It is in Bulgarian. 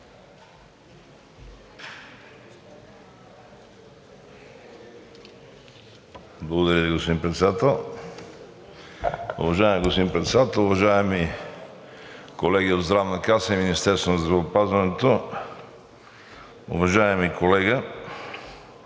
Уважаеми господин Председател, уважаеми колеги от Здравната каса и от Министерството на здравеопазването! Уважаеми колега,